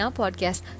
podcast